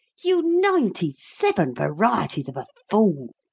you ninety-seven varieties of a fool!